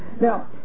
Now